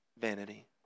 vanity